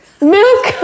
milk